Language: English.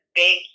big